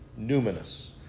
numinous